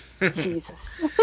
Jesus